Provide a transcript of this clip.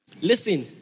Listen